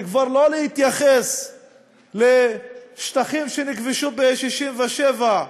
זה כבר לא להתייחס לשטחים שנכבשו ב-67'